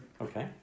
Okay